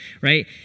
right